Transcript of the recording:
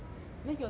你要给我多少钱